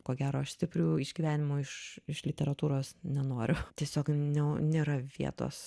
ko gero aš stiprių išgyvenimų iš literatūros nenoriu tiesiog nio nėra vietos